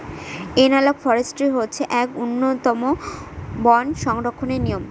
analogue forestry হচ্ছে এক উন্নতম বন সংরক্ষণের নিয়ম